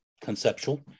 conceptual